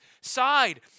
side